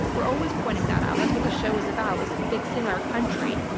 we're always pointing that out. that's what the show is about, is fixing our country,